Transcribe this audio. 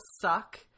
suck